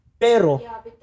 Pero